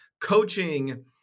coaching